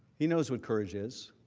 he knows what courage is.